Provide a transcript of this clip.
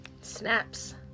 Snaps